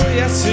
yes